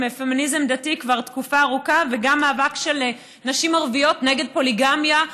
פמיניזם דתי כבר תקופה ארוכה וגם מאבק של נשים ערביות נגד פוליגמיה.